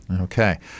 Okay